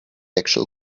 actual